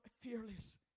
fearless